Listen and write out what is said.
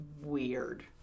weird